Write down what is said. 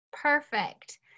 Perfect